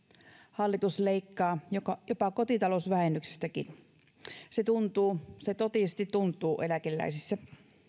hallitus leikkaa jopa kotitalousvähennyksestä se totisesti tuntuu eläkeläisissä